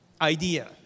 idea